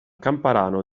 kamparano